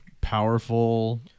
powerful